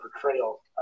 portrayal